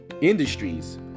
industries